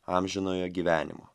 amžinojo gyvenimo